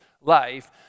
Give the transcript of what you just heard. life